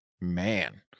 Man